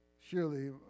Surely